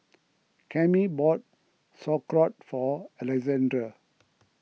Cammie bought Sauerkraut for Alexandre